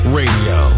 radio